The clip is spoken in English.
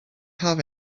have